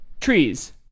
Trees